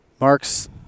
mark's